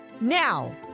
Now